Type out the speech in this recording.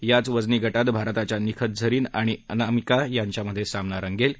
याच वजनी गौत भारताच्या निखत झरीन आणि अनामिका यांच्यामधे सामना रंगणार आहे